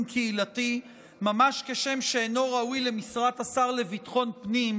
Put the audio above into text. קהילתי ממש כשם שאינו ראוי למשרת השר לביטחון פנים,